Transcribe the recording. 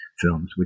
films